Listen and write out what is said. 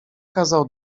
kazał